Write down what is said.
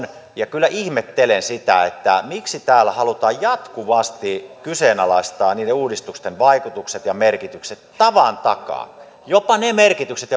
ja kyllä ihmettelen sitä miksi täällä halutaan jatkuvasti kyseenalaistaa niiden uudistusten vaikutukset ja merkitykset tavan takaa jopa ne merkitykset